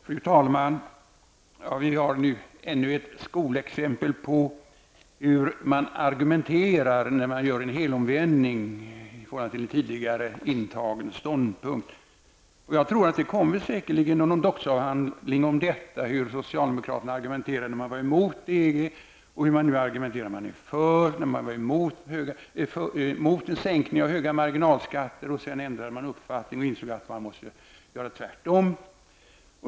Fru talman! Vi har nu ännu ett skolexempel på hur man argumenterar när man gör en helomvändning i förhållande till en tidigare intagen ståndpunkt. Det kommer säkerligen någon doktorsavhandling om detta: hur socialdemokraterna argumenterade när man var emot EG och hur man argumenterar nu när man är för EG, hur man argumenterade när man var emot en sänkning av höga marginalskatter och hur man argumenterade när man ändrat uppfattning och insett att man måste göra tvärtom.